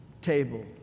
table